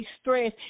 stress